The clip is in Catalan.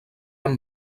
amb